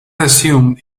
assumed